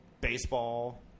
baseball